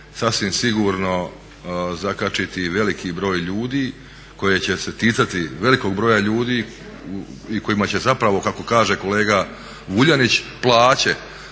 sasvim sigurno zakačiti veliki broj ljudi, koja će se ticati velikog broja ljudi i kojima će zapravo kako kaže kolega Vuljanić plaće,